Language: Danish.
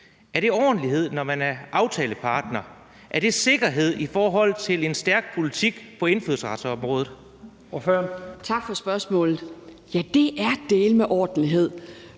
Er det ordentlighed, når man er aftalepartner? Er det sikkerhed i forhold til en stærk politik på indfødsretsområdet? Kl. 17:17 Første næstformand